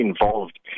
involved